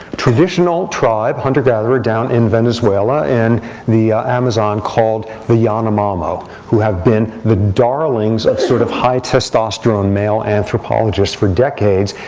traditional tribe, hunter-gatherer down in venezuela in the amazon called the yanomamo who have been the darlings of sort of high testosterone male anthropologists for decades.